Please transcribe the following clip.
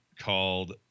called